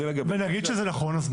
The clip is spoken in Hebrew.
ונגיד שזה נכון.